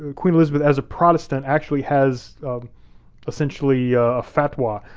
ah queen elizabeth as a protestant actually has essentially a fatwa.